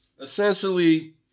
Essentially